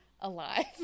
alive